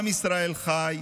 עם ישראל חי.